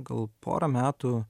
gal porą metų